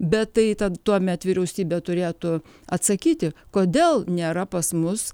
bet tai ta tuomet vyriausybė turėtų atsakyti kodėl nėra pas mus